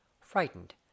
frightened